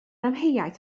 amheuaeth